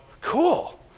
cool